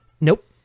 Nope